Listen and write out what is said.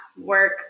work